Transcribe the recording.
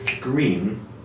green